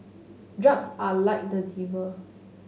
drugs are like the devil